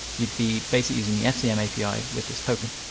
you'd be basically using the fcm api with this token.